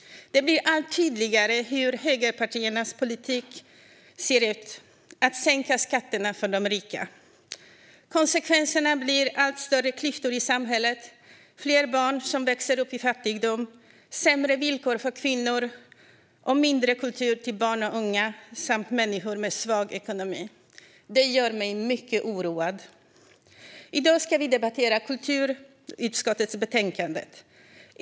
Det blir allt tydligare hur högerpartiernas politik ser ut: att sänka skatterna för de rika. Konsekvenserna blir allt större klyftor i samhället, fler barn som växer upp i fattigdom, sämre villkor för kvinnor och mindre kultur till barn och unga samt människor med svag ekonomi. Det gör mig mycket oroad. I dag ska vi debattera kulturutskottets betänkande.